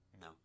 no